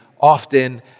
often